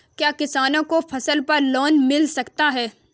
क्या किसानों को फसल पर लोन मिल सकता है?